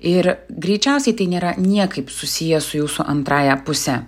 ir greičiausiai tai nėra niekaip susiję su jūsų antrąja puse